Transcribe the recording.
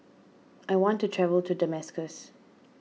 I want to travel to Damascus